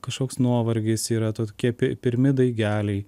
kažkoks nuovargis yra tokie pi pirmi daigeliai